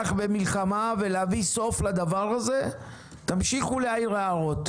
במלחמה ולהביא סוף לדבר הזה תמשיכו להעיר הערות.